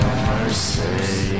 mercy